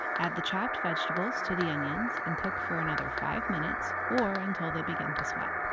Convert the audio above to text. add the chopped vegetables to the onions and cook for another five minutes or until they begin to sweat.